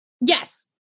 yes